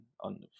on